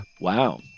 Wow